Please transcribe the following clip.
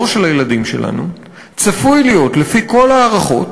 הדור של הילדים שלנו צפוי להיות, לפי כל ההערכות,